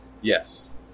yes